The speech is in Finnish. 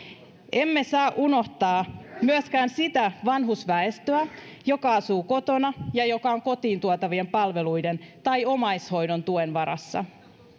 emme saa unohtaa myöskään sitä vanhusväestöä joka asuu kotona ja joka on kotiin tuotavien palveluiden tai omaishoidon tuen varassa